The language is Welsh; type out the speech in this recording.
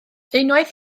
unwaith